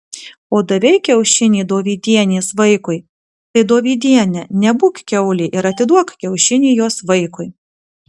o davei kiaušinį dovydienės vaikui tai dovydiene nebūk kiaulė ir atiduok kiaušinį jos vaikui